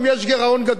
והגירעון הזה יהיה,